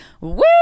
Woo